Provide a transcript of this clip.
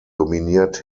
dominiert